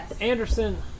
Anderson